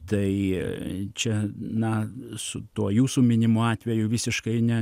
tai čia na su tuo jūsų minimu atveju visiškai ne